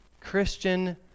Christian